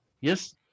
yes